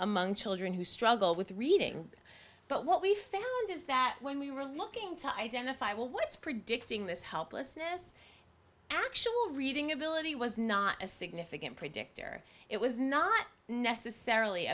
among children who struggle with reading but what we found is that when we were looking to identify well what is predicting this helplessness actual reading ability was not a significant predictor it was not necessarily